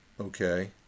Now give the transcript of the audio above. Okay